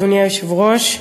אדוני היושב-ראש,